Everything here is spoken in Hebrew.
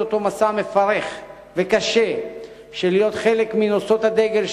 אותו מסע מפרך וקשה של להיות חלק מנושאות הדגל,